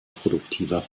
produktiver